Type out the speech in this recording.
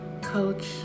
coach